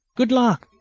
good luck!